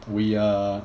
we uh